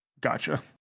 Gotcha